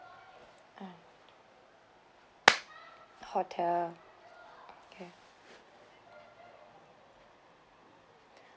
uh hotel okay